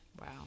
Wow